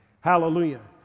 Hallelujah